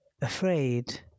Afraid